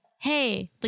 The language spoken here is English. hey